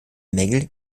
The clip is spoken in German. mängel